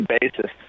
basis